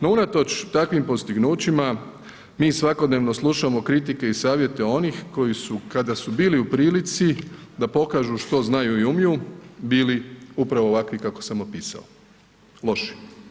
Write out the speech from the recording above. No unatoč takvim postignućima, mi svakodnevno slušamo kritike i savjete onih koji su kada su bili u prilici da pokažu što znaju i umiju, bili upravo ovakvi kako sam opisao, loši.